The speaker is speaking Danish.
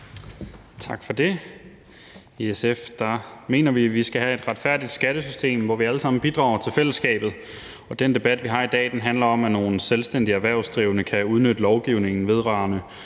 Tak for det. I SF mener vi, at vi skal have et retfærdigt skattesystem, hvor vi alle sammen bidrager til fællesskabet, og den debat, vi har i dag, handler om, at nogle selvstændige erhvervsdrivende kan udnytte lovgivningen vedrørende